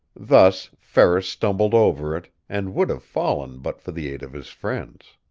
thus, ferris stumbled over it and would have fallen but for the aid of his friends.